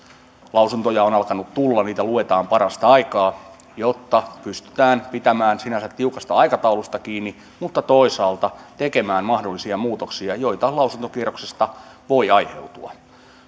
lausuntoja on alkanut tulla niitä luetaan parastaikaa jotta pystytään pitämään sinänsä tiukasta aikataulusta kiinni mutta toisaalta tekemään mahdollisia muutoksia joita lausuntokierroksesta voi aiheutua